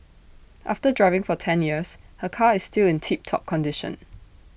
after driving for ten years her car is still in tip top condition